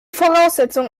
voraussetzung